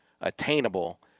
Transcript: attainable